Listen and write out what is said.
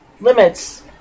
limits